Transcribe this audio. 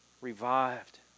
revived